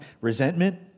resentment